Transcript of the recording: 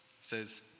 says